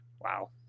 Wow